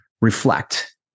reflect